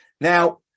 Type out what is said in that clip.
Now